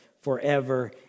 forever